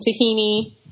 tahini